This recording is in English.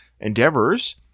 endeavors –